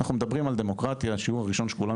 אנחנו מדברים על דמוקרטיה והשיעור הראשון שכולם